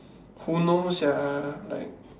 who knows sia like